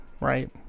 right